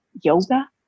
yoga